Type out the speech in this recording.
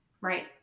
right